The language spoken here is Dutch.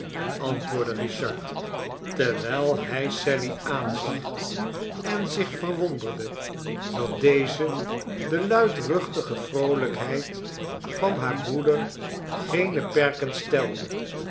antwoordde richard terwijl hij sally aanzag en zich verwonderde dat deze de luidruchtige vroolijkheid van haar broeder geene perken stelde